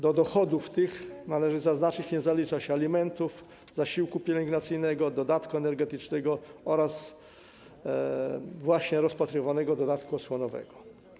Do dochodów tych, należy zaznaczyć, nie zalicza się alimentów, zasiłku pielęgnacyjnego, dodatku energetycznego oraz rozpatrywanego właśnie dodatku osłonowego.